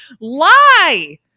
Lie